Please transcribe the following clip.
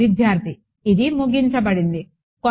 విద్యార్థి ఇది ముగించబడింది సమయం 1437 చూడండి